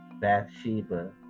Bathsheba